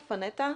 פנטה.